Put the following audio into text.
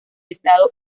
estado